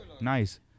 Nice